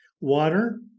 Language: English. water